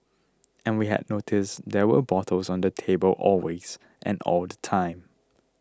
and we had noticed there were bottles on the table always and all the time